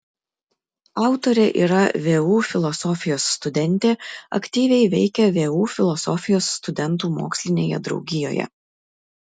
autorė yra vu filosofijos studentė aktyviai veikia vu filosofijos studentų mokslinėje draugijoje